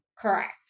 Correct